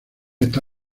está